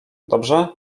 dobrze